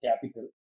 capital